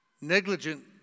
negligent